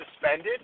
suspended